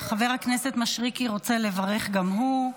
חבר הכנסת מישרקי רוצה לברך גם הוא.